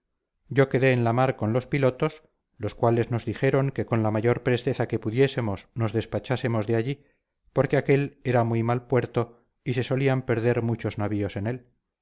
yo quedé en la mar con los pilotos los cuales nos dijeron que con la mayor presteza que pudiésemos nos despachásemos de allí porque aquel era muy mal puerto y se solían perder muchos navíos en él